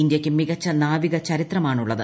ഇന്ത്യയ്ക്ക് മികച്ച നാവിക ചരിത്രമാണുള്ളത്